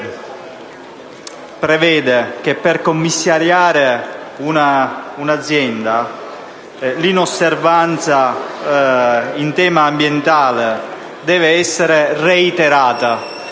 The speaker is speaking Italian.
prevede che per commissariare un'azienda l'inosservanza in tema ambientale debba essere reiterata.